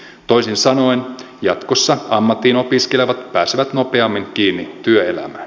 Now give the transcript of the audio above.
toisin sanoen jatkossa ammattiin opiskelevat pääsevät nopeammin kiinni työelämään